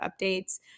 updates